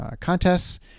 contests